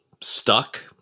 stuck